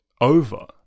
over